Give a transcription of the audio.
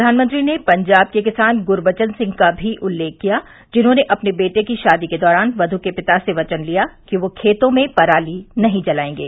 प्रधानमंत्री ने पंजाब के किसान गुरूबचन सिंह का उल्लेख भी किया जिन्होंने अपने बेटे की शादी के दौरान क्यू के पिता से वचन लिया कि वे खेतों में पराली नहीं जलाएंगे